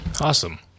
awesome